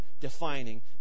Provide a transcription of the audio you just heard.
defining